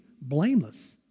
blameless